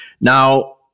Now